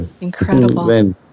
Incredible